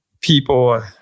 people